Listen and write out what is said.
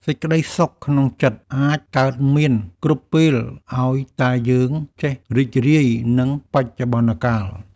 សេចក្តីសុខក្នុងចិត្តអាចកើតមានគ្រប់ពេល ឱ្យតែយើងចេះរីករាយនឹងបច្ចុប្បន្នកាល។